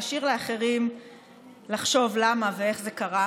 נשאיר לאחרים לחשוב למה ואיך זה קרה.